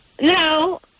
no